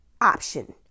option